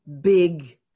big